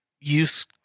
use